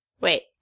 Wait